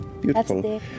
beautiful